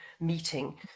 meeting